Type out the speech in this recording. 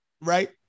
right